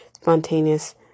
spontaneous